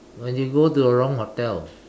when you go to the wrong hotel